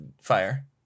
fire